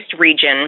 region